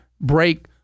break